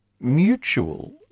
mutual